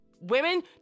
Women